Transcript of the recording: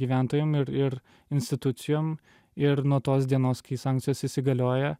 gyventojam ir ir institucijom ir nuo tos dienos kai sankcijos įsigalioja